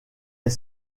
est